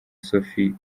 sophie